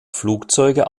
flugzeuge